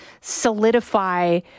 solidify